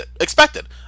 expected